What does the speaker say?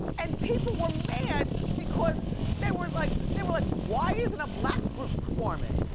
and people were mad because they were like they were like, why isn't a black group performing?